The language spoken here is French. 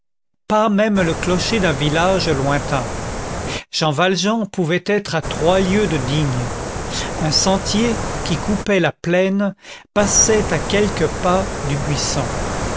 pas même le clocher d'un village lointain jean valjean pouvait être à trois lieues de digne un sentier qui coupait la plaine passait à quelques pas du buisson